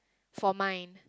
for mine